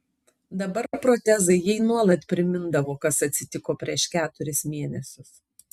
dabar protezai jai nuolat primindavo kas atsitiko prieš keturis mėnesius